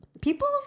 People